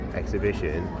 exhibition